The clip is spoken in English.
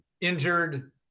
injured